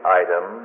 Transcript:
item